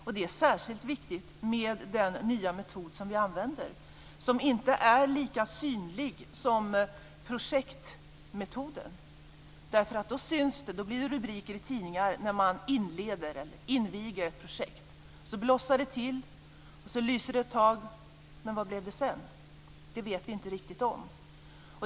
Detta är särskilt viktigt med den nya metod som vi använder, som inte är lika synlig som projektmetoden. Med den syns detta. Då blir det rubriker i tidningar när man inleder eller inviger ett projekt. Då blossar det till och lyser ett tag - men vad blev det sedan? Det vet vi inte riktigt.